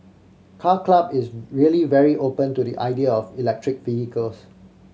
Car Club is really very open to the idea of electric vehicles